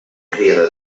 cria